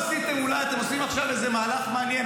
אולי אתם עושים עכשיו איזה מהלך מעניין,